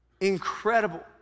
Incredible